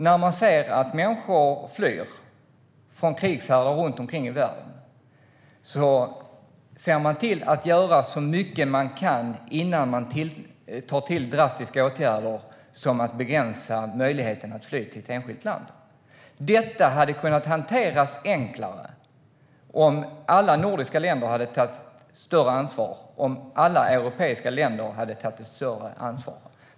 När man ser att människor flyr från krigshärdar runt omkring i världen ser man till att göra så mycket det går innan man tar till drastiska åtgärder som att begränsa möjligheten att fly till ett enskilt land. Detta hade kunnat hanteras enklare om alla nordiska länder hade tagit större ansvar, om alla europeiska länder hade tagit ett större ansvar.